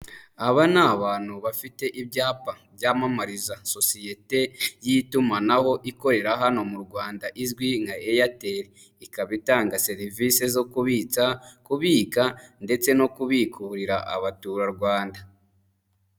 Aba ni abantu bafite ibyapa byamamariza sosiyete y'itumanaho ikorera hano mu Rwanda izwi nka Airtel. Ikaba itanga serivisi zo kubitsa, kubika, ndetse no kubikurira abaturarwanda.